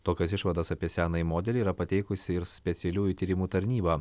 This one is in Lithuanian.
tokias išvadas apie senąjį modelį yra pateikusi ir specialiųjų tyrimų tarnyba